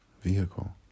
vehicle